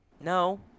no